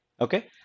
okay